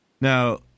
Now